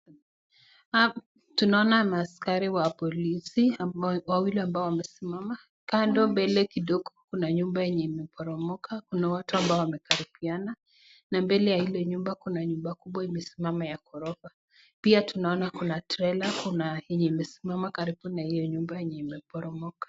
Hapa tunaona maskari wa polisi, wawili wamesimama. Kando mbele kidogo kuna nyumba imeporomoka kuna watu wanakaribiana, na mbele ya hilo nyumba kuna nyumba kubwa imesimama ya gorofa kubwa, pia tunaona [trailer] yenye imesimama karibu na hiyo jumba imeporomoka.